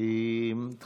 אולי לא יצא לך